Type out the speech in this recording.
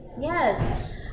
Yes